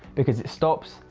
because it stops,